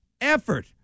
effort